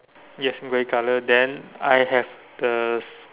yes grey colour then I have this